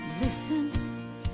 Listen